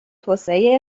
توسعه